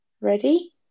ready